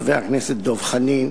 חבר הכנסת דב חנין,